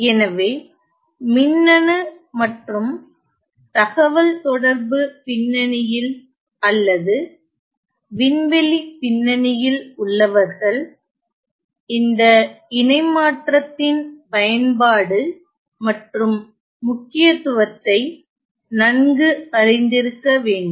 எனவே மின்னணு மற்றும் தகவல் தொடர்பு பின்னணியில் அல்லது விண்வெளி பின்னணியில் உள்ளவர்கள் இந்த இணைமாற்றத்தின் பயன்பாடு மற்றும் முக்கியத்துவத்தை நன்கு அறிந்திருக்க வேண்டும்